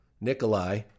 Nikolai